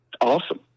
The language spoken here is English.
awesome